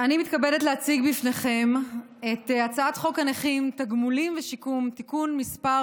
אני מתכבדת להציג בפניכם את הצעת חוק הנכים (תגמולים ושיקום) (תיקון מס'